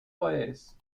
poderes